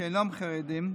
שאינם חרדים,